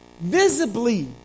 visibly